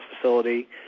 facility